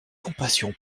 compassion